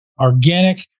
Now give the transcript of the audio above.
organic